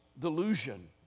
delusion